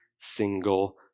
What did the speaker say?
single